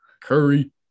Curry